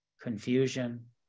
confusion